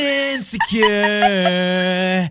insecure